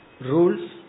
rules